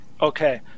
Okay